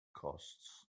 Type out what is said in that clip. costs